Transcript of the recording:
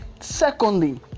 Secondly